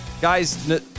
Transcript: guys